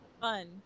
fun